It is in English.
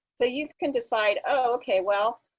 so you can decide oh, ok, well,